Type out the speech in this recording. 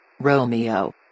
Romeo